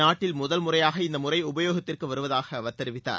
நாட்டில் முதல் முறையாக இந்த முறை உபயோகத்திற்கு வருவதாக அவர் தெரிவித்தார்